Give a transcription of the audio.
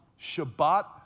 Shabbat